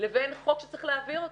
לבין חוק שצריך להעביר אותו,